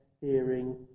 hearing